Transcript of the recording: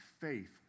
faith